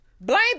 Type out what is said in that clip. Blame